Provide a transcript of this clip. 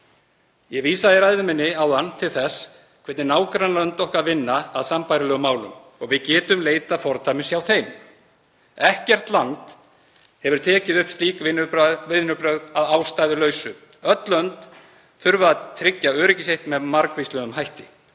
Ég vísaði í ræðu minni áðan til þess hvernig nágrannalönd okkar vinna að sambærilegum málum og við getum leitað fordæmis hjá þeim. Ekkert land hefur tekið upp slík vinnubrögð að ástæðulausu. Öll lönd þurfi að tryggja öryggi sitt með margvíslegum hætti.